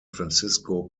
francisco